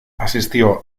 asistió